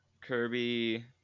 Kirby